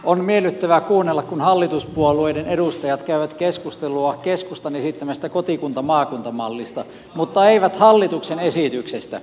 on miellyttävää kuunnella kun hallituspuolueiden edustajat käyvät keskustelua keskustan esittämästä kotikuntamaakunta mallista mutta eivät hallituksen esityksestä